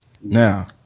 Now